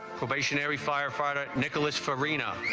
firefighter nicholas for reena